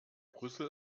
brüssel